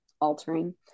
altering